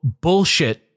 bullshit